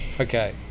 okay